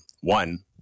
one